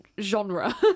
genre